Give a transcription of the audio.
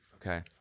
Okay